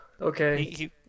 okay